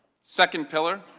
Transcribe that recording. second pillar,